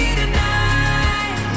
tonight